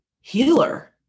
healer